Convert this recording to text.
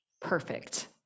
perfect